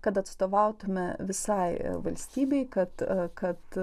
kad atstovautume visai valstybei kad kad